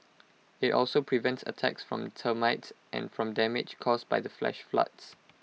IT also prevents attacks from termites and from damage caused by the flash floods